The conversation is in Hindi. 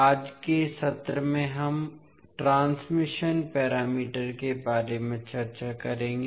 आज के सत्र में हम ट्रांसमिशन पैरामीटर के बारे में चर्चा करेंगे